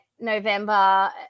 november